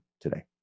today